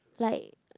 like